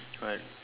right